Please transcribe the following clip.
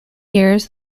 years